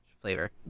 flavor